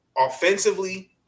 Offensively